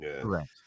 correct